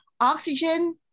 oxygen